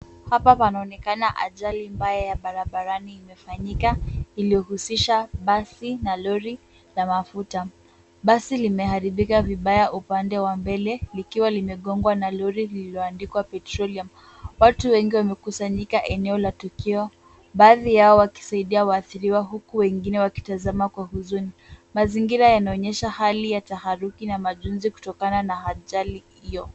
Hapa panaonekana ajali mbaya ya barabarani imefanyika. Ulihusisha basi na lori la mafuta. Basi limeharibika vibaya upande wa mbele, likiwa limegongwa na lori lililoandikwa petroleum . Watu wengi wamekusanyika eneo la tukio. Baadhi yao wakisaidia waathiriwa huku baadhi yao wakitazama kwa huzuni. Mazingira yanaonyesha hali ya taharuki na majonzi kutokana na ajali hiyo.